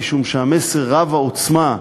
משום שהמסר רב העוצמה,